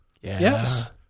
Yes